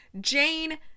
Jane